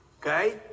okay